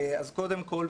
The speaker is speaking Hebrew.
קודם כול,